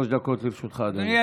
שלוש דקות לרשותך, אדוני.